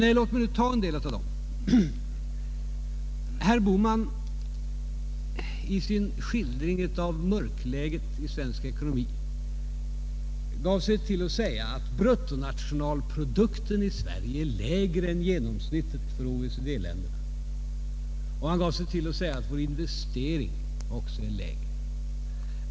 Men låt mig nu lämna några av dessa svar. I sin skildring av det mörka läget i svensk ekonomi framhöll herr Bohman att bruttonationalprodukten i Sverige är lägre än genomsnittet för OECD-länderna, och han sade att vår investering också är lägre.